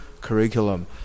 curriculum